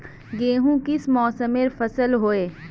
गेहूँ किस मौसमेर फसल होय?